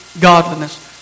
godliness